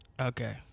Okay